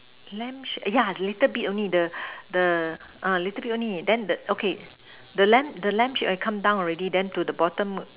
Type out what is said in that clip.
lamp shade yeah little a bit only the the little bit only then the okay the lamp the lamp shit come down already then to the bottom